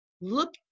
look